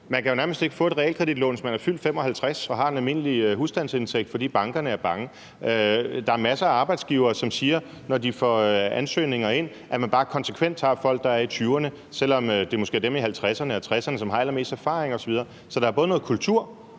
Man kan jo nærmest ikke få et realkreditlån, hvis man er fyldt 55 år og har en almindelig husstandsindtægt, fordi bankerne er bange. Der er en masse arbejdsgivere, som siger, at når de får ansøgninger ind, tager de bare konsekvent folk, der er i 20'erne, selv om det måske er dem i 50'erne og 60'erne, som har allermest erfaring osv. Så der er både noget kultur